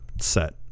set